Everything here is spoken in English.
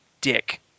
dick